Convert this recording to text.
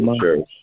Church